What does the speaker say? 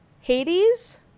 Hades